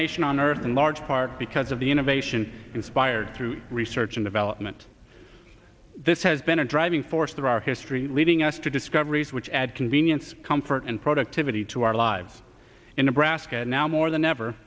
nation on earth in large part because of the innovation inspired through research and development this has been a driving force there our history leading us to discoveries which add convenience comfort and productivity to our lives in nebraska now more than ever